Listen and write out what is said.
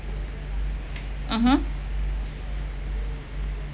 um